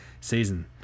season